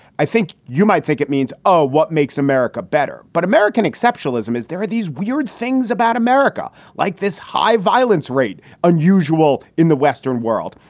i think you might think it means ah what makes america better. but american exceptionalism is there are these weird things about america like this high violence rate unusual in the western world.